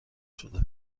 شده